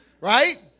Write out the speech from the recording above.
right